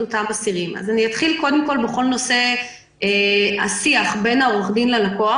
אתחיל בנושא השיח בין עורך הדין ללקוח